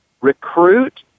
recruit